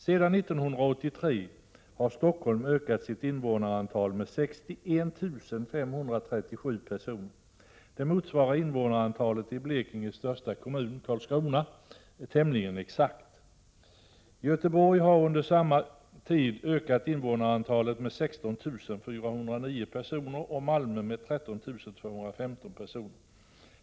Sedan 1983 har Stockholm ökat sitt invånarantal med 61 537 personer. Det motsvarar tämligen exakt invånarantalet i Blekinges största kommun, Karlskrona. Göteborg har under samma tid ökat invånarantalet med 16 409 personer och Malmö med 13 215 personer.